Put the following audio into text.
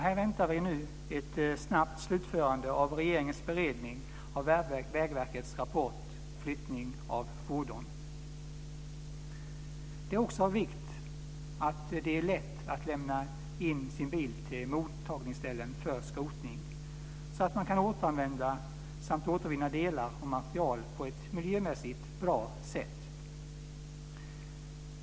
Vi väntar nu på ett snabbt slutförande av regeringens beredning av Vägverkets rapport Flyttning av fordon. Det är också av vikt att det blir lätt att lämna in sin bil till mottagningsställen för skrotning, så att man kan återanvända samt återvinna delar och material på ett miljömässigt bra sätt.